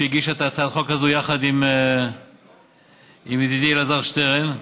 שהגישה את הצעת החוק הזאת יחד עם ידידי אלעזר שטרן,